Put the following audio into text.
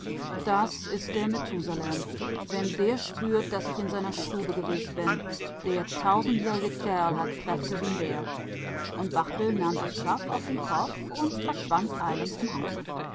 das is der methusalem wenn der spürt daß ich in seiner stube gewest bin der tausendjährige kerl hat kräfte wie n bär und barthel nahm das schaff auf den kopf und verschwand eilends im hause